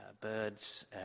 birds